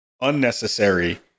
unnecessary